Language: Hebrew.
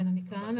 כן אני כאן,